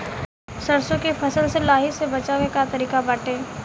सरसो के फसल से लाही से बचाव के का तरीका बाटे?